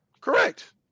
Correct